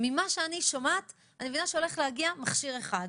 ממה שאני שומעת אני מבינה שהולך להגיע מכשיר אחד.